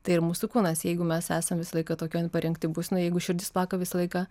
tai ir mūsų kūnas jeigu mes esam visą laiką tokioj parengty būsenoj jeigu širdis plaka visą laiką